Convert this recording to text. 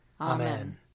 Amen